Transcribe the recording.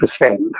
percent